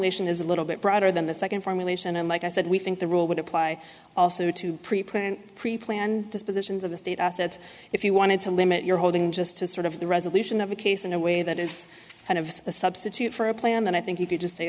formulation is a little bit broader than the second formulation and like i said we think the rule would apply also to pre print preplan dispositions of the state assets if you wanted to limit your holding just to sort of the resolution of a case in a way that is kind of a substitute for a plan and i think you could just say